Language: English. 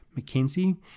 McKenzie